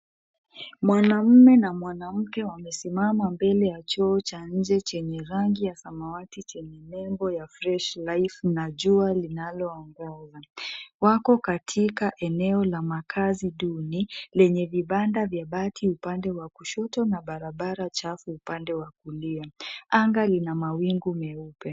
Mwanamme na mwanamke wamesimama mbele ya choo cha nje chenye rangi ya samawati chenye nembo ya fresh life na jua linaloongoza. Wako katika eneo la makazi duni lenye vibanda vya bati upande wa kushoto na barabara chafu upande wa kulia. Anga lina mawingu meupe.